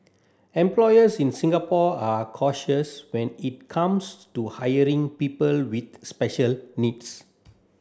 employers in Singapore are cautious when it comes to hiring people with special needs